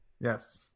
Yes